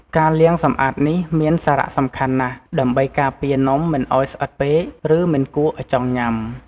ការលាងសម្អាតនេះមានសារៈសំខាន់ណាស់ ដើម្បីការពារនំមិនឱ្យស្អិតពេក ឬមិនគួរឱ្យចង់ញ៉ាំ។